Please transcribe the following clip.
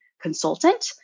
consultant